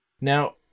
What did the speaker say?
Now